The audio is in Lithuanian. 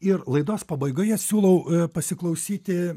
ir laidos pabaigoje siūlau pasiklausyti